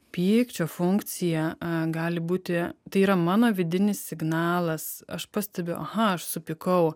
pykčio funkcija gali būti tai yra mano vidinis signalas aš pastebiu aha aš supykau